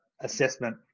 assessment